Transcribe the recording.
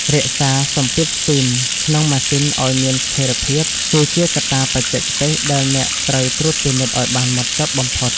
រក្សាសម្ពាធស្ទីមក្នុងម៉ាស៊ីនឱ្យមានស្ថេរភាព គឺជាកត្តាបច្ចេកទេសដែលអ្នកត្រូវត្រួតពិនិត្យឱ្យបានហ្មត់ចត់បំផុត។